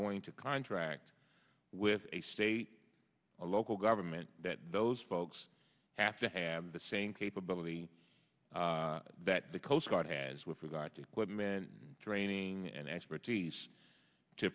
going to contract with a state a local government that those folks have to have the same capability that the coast guard has with regard to equip men training and expertise to